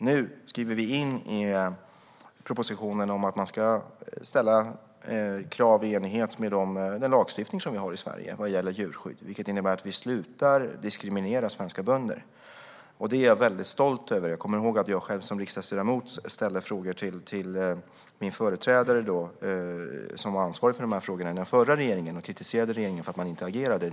Nu skriver vi in i propositionen att man ska ställa krav i enlighet med den lagstiftning vi har i Sverige vad gäller djurskydd. Det innebär att vi slutar diskriminera svenska bönder. Det är jag väldigt stolt över. Jag kommer ihåg att jag själv som riksdagsledamot ställde frågor till min företrädare, som var ansvarig för de här frågorna i den förra regeringen, och kritiserade regeringen för att man inte agerade.